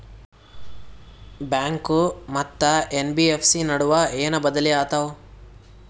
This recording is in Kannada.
ಬ್ಯಾಂಕು ಮತ್ತ ಎನ್.ಬಿ.ಎಫ್.ಸಿ ನಡುವ ಏನ ಬದಲಿ ಆತವ?